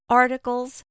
articles